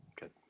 good